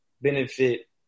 benefit